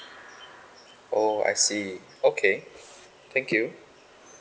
oh I see okay thank you